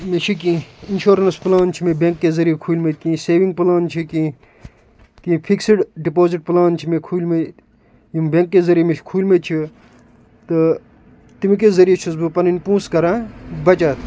مےٚ چھِ کیٚنہہ اِنشورٕنَس پٕلان چھِ مےٚ بٮ۪نٛک کہِ ذٔریعہ کھوٗلۍمٕتۍ کیٚنہہ سیوِنٛگ پٕلان چھِ کیٚنہہ کیٚنہہ فِکسٕڈ ڈِپوزِٹ پٕلان چھِ مےٚ کھوٗلۍمٕتۍ یِم بٮ۪نٛک کہِ ذٔریعہِ مےٚ چھِ کھوٗلۍمٕتۍ چھِ تہٕ تِمکہِ ذٔریعہِ چھُس بہٕ پَنٕنۍ پونٛسہٕ کران بَچَت